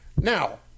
Now